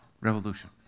revolution